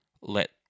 let